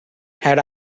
had